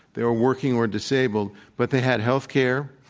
they were working or disabled. but they had health care,